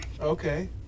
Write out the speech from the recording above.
Okay